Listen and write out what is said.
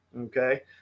okay